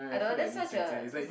I don't that's such a